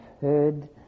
heard